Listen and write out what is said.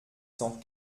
cent